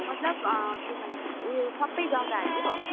मतलब के भन्छ उयो सबै जग्गाहरू